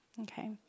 Okay